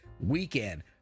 weekend